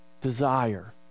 desire